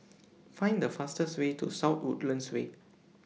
Find The fastest Way to South Woodlands Way